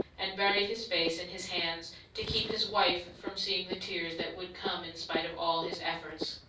and buried his face in his hands, to keep his wife from seeing the tears that would come in spite of all his efforts.